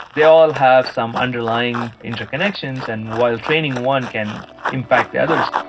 they all have some underlying interconnections, and while training one can impact the others